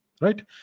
right